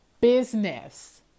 business